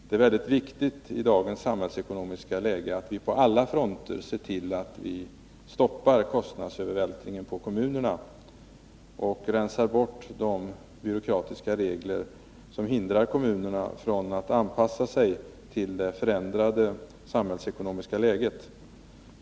Det är mycket viktigt i dagens samhällsekonomiska läge att vi på alla fronter ser till att vi stoppar kostnadsövervältringen på kommunerna och rensar bort de byråkratiska regler som hindrar kommunerna från att anpassa sig till det förändrade samhällsekonomiska läget.